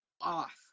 off